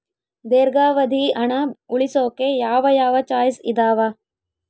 ದೇರ್ಘಾವಧಿ ಹಣ ಉಳಿಸೋಕೆ ಯಾವ ಯಾವ ಚಾಯ್ಸ್ ಇದಾವ?